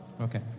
Okay